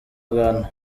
uganda